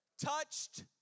touched